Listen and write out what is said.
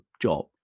job